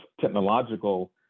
technological